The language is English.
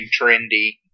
trendy